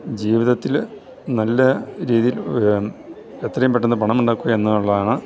ജീവിതത്തിൽ നല്ല രീതിയിൽ എത്രയും പെട്ടെന്ന് പണമുണ്ടാക്കുക എന്നുള്ളതാണ്